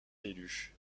élue